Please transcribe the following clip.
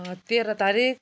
तेह्र तारिख